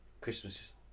Christmas